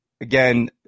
Again